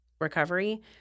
recovery